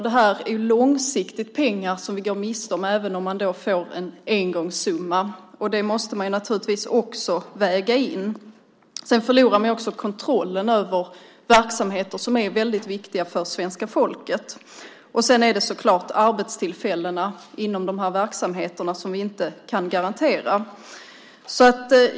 Det är långsiktiga pengar som vi går miste om även om man får en engångssumma. Det måste man naturligtvis också väga in. Man förlorar också kontrollen över verksamheter som är väldigt viktiga för svenska folket. Sedan är det så klart också arbetstillfällena inom de här verksamheterna som vi inte kan garantera.